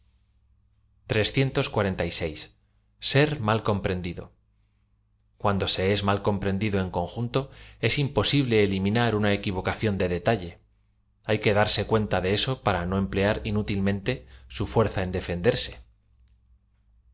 contigo i er mal comprendido cuando se es m al comprendido en conjunto es im posible eliminar una equivocación de detalle a que darse cuenta de eso para no em plear inútilmente sa fuerza en defenderse